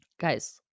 Guys